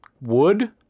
Wood